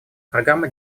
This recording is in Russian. программа